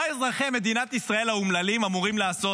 מה אזרחי מדינת ישראל האומללים אמורים לעשות?